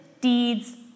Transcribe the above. deeds